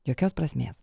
jokios prasmės